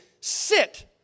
sit